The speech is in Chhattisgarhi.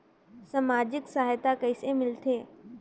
समाजिक सहायता कइसे मिलथे?